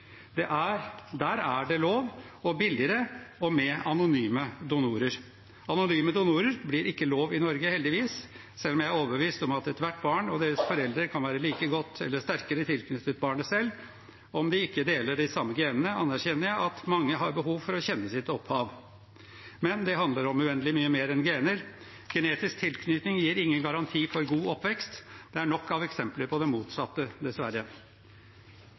Der er det lov og billigere, og med anonyme donorer. Anonyme donorer blir ikke lov i Norge, heldigvis. Selv om jeg er overbevist om at ethvert barn og deres foreldre kan være like godt, eller sterkere, tilknyttet barnet selv om de ikke deler de samme genene, anerkjenner jeg at mange har behov for å kjenne sitt opphav. Men det handler om uendelig mye mer enn gener. Genetisk tilknytning gir ingen garanti for god oppvekst. Det er nok av eksempler på det motsatte, dessverre.